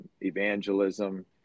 evangelism